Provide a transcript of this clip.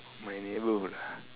my neighbourhood ah